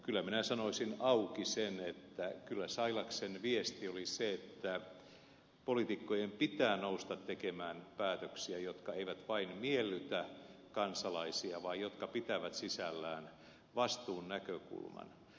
kyllä minä sanoisin auki sen että kyllä sailaksen viesti oli se että poliitikkojen pitää nousta tekemään päätöksiä jotka eivät vain miellytä kansalaisia vaan jotka pitävät sisällään vastuun näkökulman